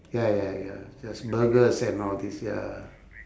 ya ya ya just burgers and all these ya